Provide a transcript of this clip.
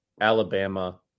alabama